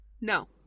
no